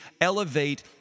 elevate